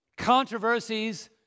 Controversies